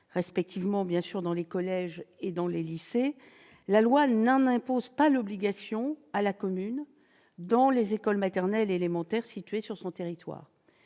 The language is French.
respectivement dans les collèges et dans les lycées, la commune n'en a pas l'obligation dans les écoles maternelles et élémentaires situées sur son territoire.